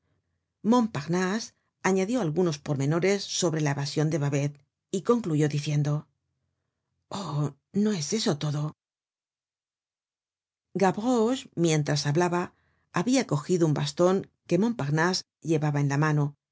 montparnase añadió algunos pormenores sobre la evasion de babet y concluyó diciendo oh no es eso todo gavroche mientras hablaba habia cogido un baston que montparnase llevaba en la mano y